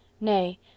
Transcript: Nay